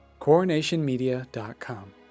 Coronationmedia.com